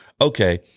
okay